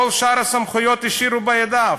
את כל שאר הסמכויות השאירו בידיו.